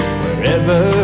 wherever